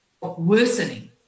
worsening